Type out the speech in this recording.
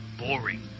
boring